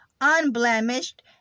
unblemished